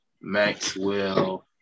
Maxwell